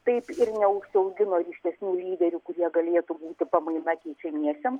taip ir neužsiaugino ryškesnių lyderių kurie galėtų būti pamaina keičiamiesiems